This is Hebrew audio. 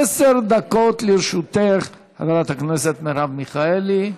עשר דקות לרשותך, חברת הכנסת מרב מיכאלי.